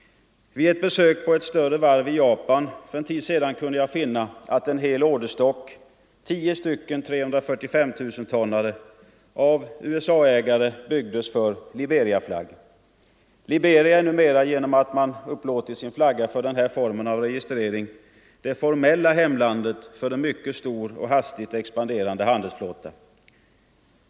Vid ett besök på ett större varv i Japan för en tid sedan kunde jag finna att en hel orderstock — 10 stycken 345 000-tonare — av USA ägare byggdes för Liberiaflagg. Liberia är numera genom att man upplåtit sin flagga för den här formen av registrering det formella hemlandet för en mycket stor och hastigt expanderande handelsflotta.